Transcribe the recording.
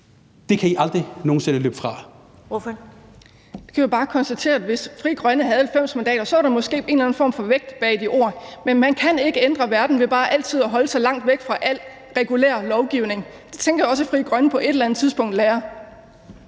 Kl. 14:38 Kathrine Olldag (RV): Vi må bare konstatere, at hvis Frie Grønne havde 90 mandater, var der måske en eller anden form for vægt bag de ord, men man kan ikke ændre verden ved bare altid at holde sig langt væk fra al regulær lovgivning. Det tænker jeg også at Frie Grønne på et eller andet tidspunkt lærer.